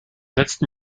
letzten